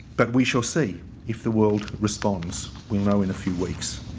but, we shall see if the world responds. we'll know in a few weeks.